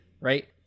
Right